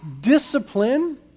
discipline